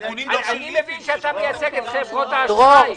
אני מבין שאתה מייצג את חברות האשראי.